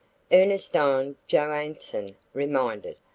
ernestine johanson reminded.